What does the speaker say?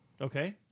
Okay